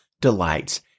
delights